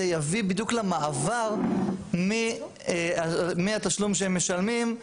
יביא בדיוק למעבר מהתשלום שהם משלמים,